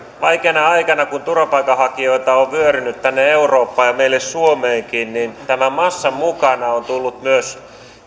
vaikeana aikana kun turvapaikanhakijoita on vyörynyt tänne eurooppaan ja meille suomeenkin tämän massan mukana on tullut myös